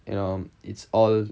you know it's all